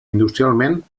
industrialment